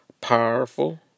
powerful